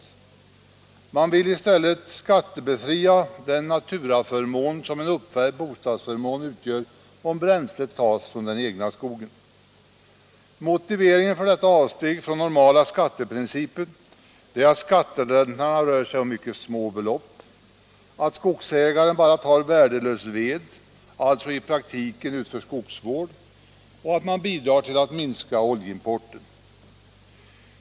Man vill i stället skattebefria den naturaförmån en bostadsförmån som uppvärmningen utgör, om bränsle tas ur egen skog. Motiveringen för detta avsteg från normala skatteprinciper är att skattelättnaderna rör sig om mycket små belopp, att skogsägaren bara tar värdelös ved, alltså i praktiken utför skogsvård, och att man bidrar till att minska oljeimporten.